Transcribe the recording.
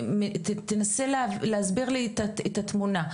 אז תנסה להסביר לי את התמונה.